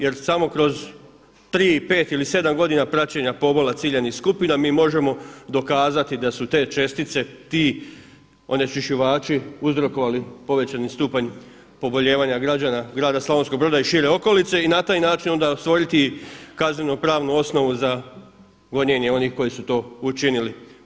Jer samo kroz 3 i 5 ili 7 godina praćenja pobola ciljanih skupina mi možemo dokazati da su te čestice, ti onečišćivači uzrokovali povećani stupanj pobolijevanja građana grada Slavonskog Broda i šire okolice i na taj način stvoriti kaznenopravnu osnovu za gonjenje onih koji su to učinili.